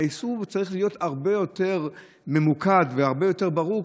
האיסור צריך להיות הרבה יותר ממוקד והרבה יותר ברור,